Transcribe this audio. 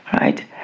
right